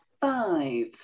five